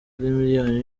miliyoni